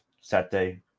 Saturday